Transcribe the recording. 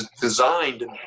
designed